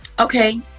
okay